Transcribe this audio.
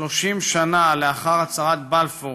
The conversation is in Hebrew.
30 שנה לאחר הצהרת בלפור